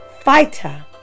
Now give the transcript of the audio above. fighter